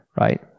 right